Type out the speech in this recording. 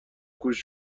گوش